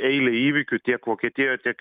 eilę įvykių tiek vokietijoj tiek